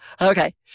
Okay